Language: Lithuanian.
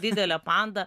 didelė panda